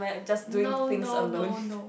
no no no no